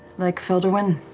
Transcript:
like felderwin?